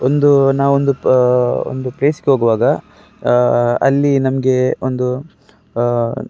ಒಂದು ನಾವೊಂದು ಪ ಒಂದು ಪ್ಲೇಸಿಗೆ ಹೋಗುವಾಗ ಅಲ್ಲಿ ನಮಗೆ ಒಂದು